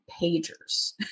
pagers